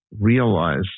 realize